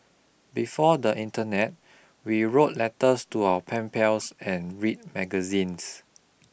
before the internet we wrote letters to our pen pals and read magazines